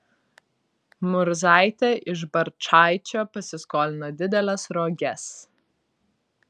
murzaitė iš barčaičio pasiskolino dideles roges